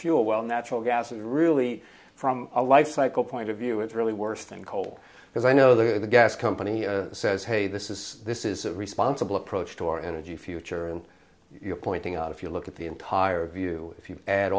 fuel well natural gas is really from a life cycle point of view it's really worse than coal because i know the gas company says hey this is this is a responsible approach to our energy future and you're pointing out if you look at the entire view if you add